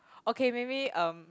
okay maybe um